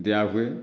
ଦିଆହୁଏ